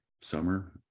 summer